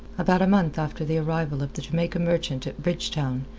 about a month after the arrival of the jamaica merchant at bridgetown,